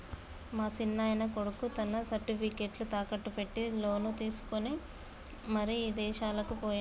మా సిన్నాయన కొడుకు తన సర్టిఫికేట్లు తాకట్టు పెట్టి లోను తీసుకొని మరి ఇదేశాలకు పోయిండు